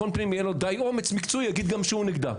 פנים יהיה לו די אומץ מקצועי יגיד גם שהוא נגדה.